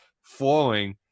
flowing